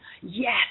yes